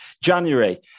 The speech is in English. January